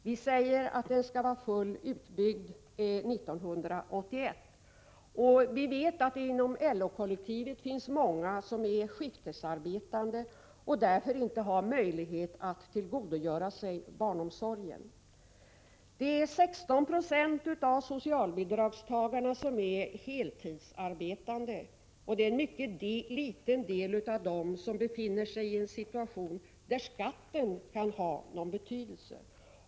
Vi säger att den skall vara fullt utbyggd 1991. Vi vet att det inom LO-kollektivet finns många som är skiftarbetande och därför inte har möjlighet att tillgodogöra sig barnomsorgen. 16 Yo av socialbidragstagarna är heltidsarbetande, och mycket få av dessa befinner sig i en situation där skatten kan ha någon betydelse.